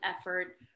effort